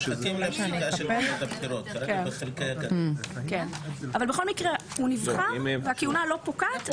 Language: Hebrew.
מחכים --- אבל בכל מקרה הוא נבחר והכהונה לא פוקעת,